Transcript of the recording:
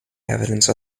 evidence